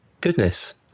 Goodness